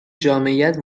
جامعیت